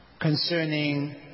concerning